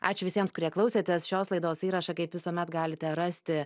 ačiū visiems kurie klausėtės šios laidos įrašą kaip visuomet galite rasti